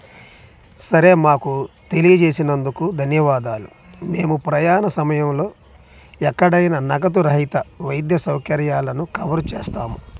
సరే మాకు తెలియజేసినందుకు ధన్యవాదాలు మేము ప్రయాణ సమయంలో ఎక్కడైనా నగదు రహిత వైద్య సౌకర్యాలను కవర్ చేస్తాము